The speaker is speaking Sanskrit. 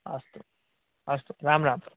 अस्तु अस्तु रां राम्